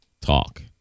talk